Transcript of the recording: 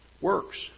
Works